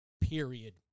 Period